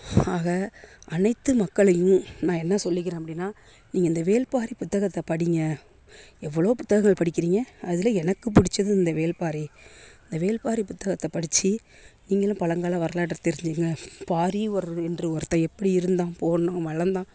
ஆக அனைத்து மக்களையும் நான் என்ன சொல்லிக்கிறேன் அப்படினா நீங்கள் இந்த வேள்பாரி புத்தகத்தை படிங்க எவ்வளோ புத்தகங்கள் படிக்கிறீங்க அதில் எனக்கு பிடிச்சது இந்த வேள்பாரி இந்த வேள்பாரி புத்தகத்தை படித்து நீங்களும் பழங்கால வரலாற்றை தெரிஞ்சிக்கோங்க பாரி என்ற ஒருத்தன் எப்படி இருந்தான் போனான் வளர்ந்தான்